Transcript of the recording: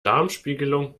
darmspiegelung